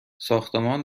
ساختمان